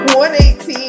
118